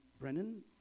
Brennan